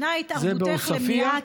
נא התערבותך למניעת,